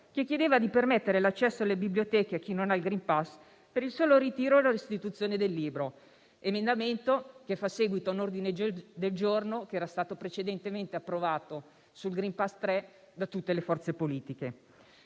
che chiedeva di permettere l'accesso alle biblioteche a chi non ha il *green pass* per il solo ritiro e la restituzione del libro: emendamento che faceva seguito a un ordine del giorno sul *green pass* 3, precedentemente approvato da tutte le forze politiche.